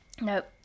Nope